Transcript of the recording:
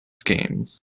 games